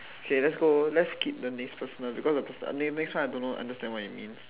K let's go let's skip the next personal because the personal n~ next one I don't understand what it means